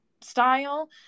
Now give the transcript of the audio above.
style